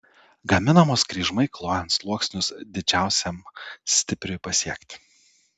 gaminamos kryžmai klojant sluoksnius didžiausiam stipriui pasiekti